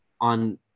on